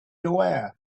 aware